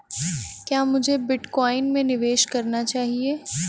क्या मुझे बिटकॉइन में निवेश करना चाहिए?